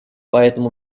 поэтому